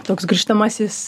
toks grįžtamasis